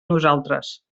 nosaltres